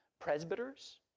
presbyters